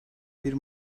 bir